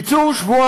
צפוי,